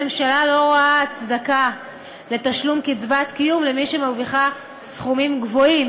הממשלה לא רואה הצדקה לתשלום קצבת קיום למי שמרוויחה סכומים גבוהים,